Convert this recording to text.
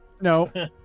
no